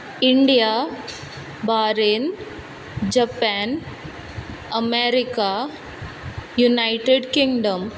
India Bahrain Japan America United kingdom